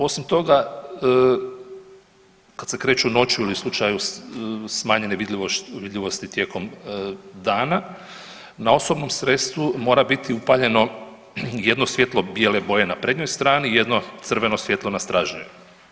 Osim toga kad se kreću noću ili u slučaju smanjene vidljivosti tijekom dana na osobnom sredstvu mora biti upaljeno jedno svjetlo bijele boje na prednjoj strani i jedno crveno svjetlo na stražnjoj.